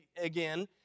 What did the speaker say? again